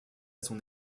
son